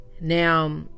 Now